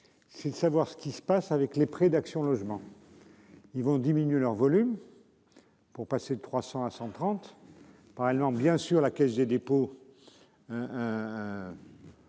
C'est de savoir ce qui se passe avec les prix d'Action Logement. Ils vont diminuer leur volume. Pour passer de 300 à 130. Parallèlement, bien sûr, la Caisse des dépôts.